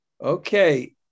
Okay